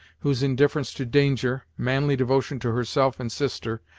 whose indifference to danger, manly devotion to herself and sister,